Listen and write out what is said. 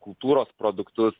kultūros produktus